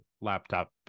laptop